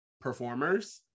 performers